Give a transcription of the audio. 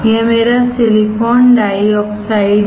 यह मेरा silicon dioxide है